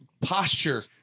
posture